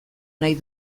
nahi